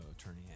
attorney